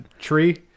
tree